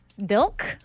Dilk